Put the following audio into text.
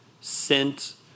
sent